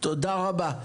תודה רבה.